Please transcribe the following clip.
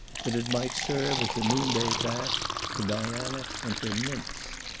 that it might serve as a noon-day bath for diana and her nymphs.